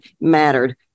mattered